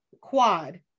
Quad